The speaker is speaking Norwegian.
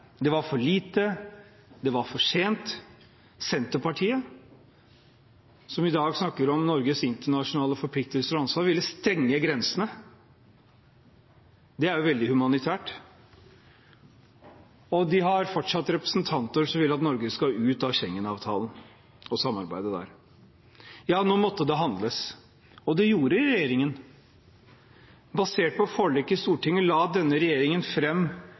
Det var for lite, og det var for sent. Senterpartiet, som i dag snakker om Norges internasjonale forpliktelser og ansvar, ville stenge grensene. Det er jo veldig humanitært! De har fortsatt representanter som vil at Norge skal ut av Schengen-avtalen og samarbeidet der. Ja, nå måtte det handles, og det gjorde regjeringen. Basert på forlik i Stortinget la denne regjeringen